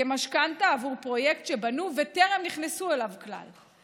כמשכנתה בעבור פרויקט שבנו וטרם נכנסו אליו כלל.